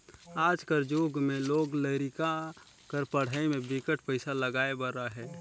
आज कर जुग में लोग लरिका कर पढ़ई में बिकट पइसा लगाए बर अहे